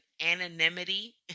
anonymity